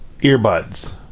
earbuds